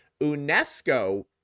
UNESCO